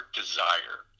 desire